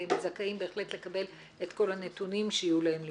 והם זכאים בהחלט לקבל את כל הנתונים שיהיו להם לפניהם.